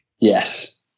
Yes